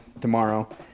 tomorrow